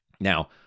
Now